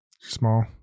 Small